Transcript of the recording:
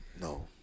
No